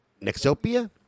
Nexopia